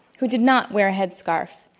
who did not wear a headscarf.